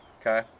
okay